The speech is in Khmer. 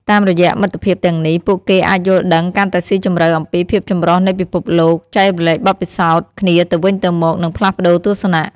តាមរយៈមិត្តភាពទាំងនេះ ពួកគេអាចយល់ដឹងកាន់តែស៊ីជម្រៅអំពីភាពចម្រុះនៃពិភពលោក ចែករំលែកបទពិសោធន៍គ្នាទៅវិញទៅមក និងផ្លាស់ប្ដូរទស្សនៈ។